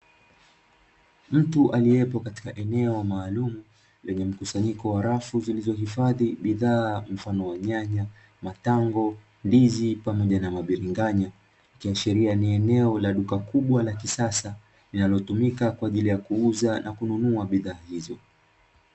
Mtu aliyepo katika eneo maalumu, lenye mkusanyiko wa rafu zilizohifadhi bidhaa mfano wa nyanya, matango, ndizi pamoja na mabiringanya ikiashiria ni duka kubwa la kisasa, linalotumika kwa ajili ya kuuza na kununua bidhaa hizo.